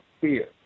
fear